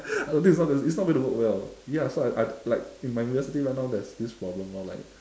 I think it's not it's not going to work well ya so I like in my university right now there's this problem lor like